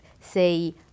say